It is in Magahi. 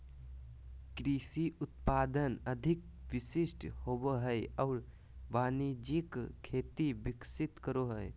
कृषि उत्पादन अधिक विशिष्ट होबो हइ और वाणिज्यिक खेती विकसित करो हइ